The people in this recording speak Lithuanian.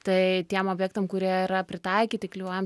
tai tiem objektam kurie yra pritaikyti klijuojam